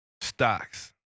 stocks